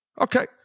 okay